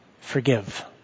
forgive